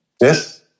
Yes